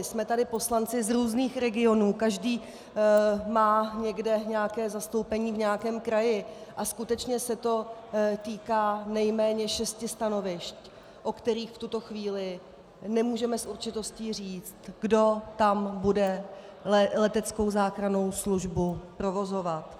Jsme tady poslanci z různých regionů, každý má někde nějaké zastoupení v nějakém kraji a skutečně se to týká nejméně šesti stanovišť, o kterých v tuto chvíli nemůžeme s určitostí říci, kdo tam bude leteckou záchrannou službu provozovat.